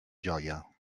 joia